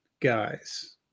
Guys